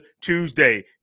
Tuesday